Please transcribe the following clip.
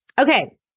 Okay